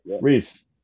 Reese